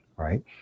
Right